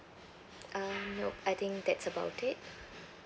uh nope I think that's about it